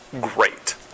great